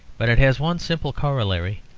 but it has one simple corollary